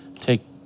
take